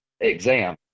exam